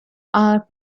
are